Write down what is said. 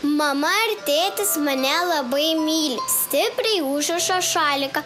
mama ir tėtis mane labai myli stipriai užriša šaliką